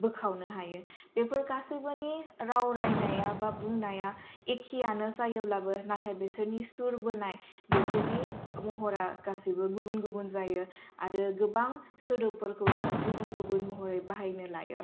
बोखावनो हायो बेफोर गासैबोनि राव रायनाया बा बुंनाया एखेयानो जायोब्लाबो नाथाय बेसोरनि सुर बोनाय बेफोरनि महरा गासैबो गुबुन गुबुन जायो आरो गोबां सोदोब फोरखौनो गुबुन गुबुन महरै बाहायनो लायो